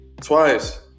twice